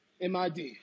MID